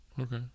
Okay